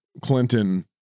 Clinton